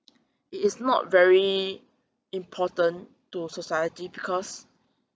it is not very important to society because